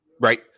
Right